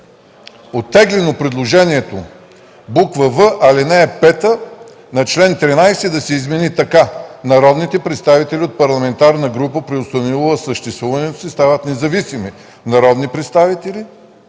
оттеглено предложението – буква „в”, ал. 5 на чл. 13 да се измени така: „Народните представители от парламентарна група, преустановила съществуването си, стават независими народни представители